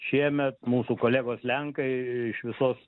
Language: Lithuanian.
šiemet mūsų kolegos lenkai iš visos